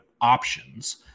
options